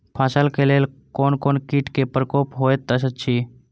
फसल के लेल कोन कोन किट के प्रकोप होयत अछि?